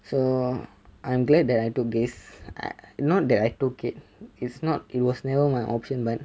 so I'm glad that I took this uh not that I took it it's not it was never my option but